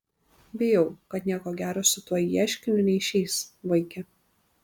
bijau kad nieko gero su tuo ieškiniu neišeis vaike